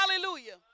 Hallelujah